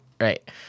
right